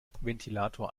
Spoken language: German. ventilator